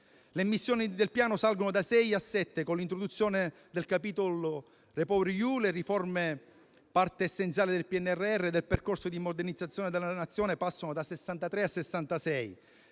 Le missioni del Piano salgono da sei a sette, con l'introduzione del capitolo REPowerEU. Le riforme, parte essenziale del PNRR e del percorso di modernizzazione della Nazione, passano da 63 a 66.